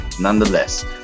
nonetheless